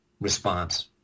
response